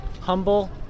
humble